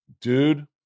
dude